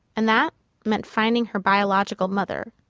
and that meant finding her biological mother